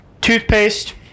toothpaste